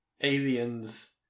aliens